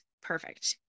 perfect